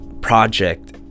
project